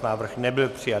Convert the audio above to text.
Návrh nebyl přijat.